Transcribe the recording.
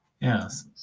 Yes